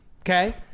Okay